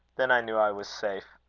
then i knew i was safe,